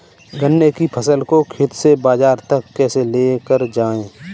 गन्ने की फसल को खेत से बाजार तक कैसे लेकर जाएँ?